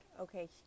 okay